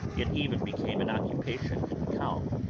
it even became an occupation in the calm,